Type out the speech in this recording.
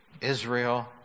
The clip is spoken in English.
Israel